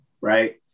right